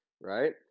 right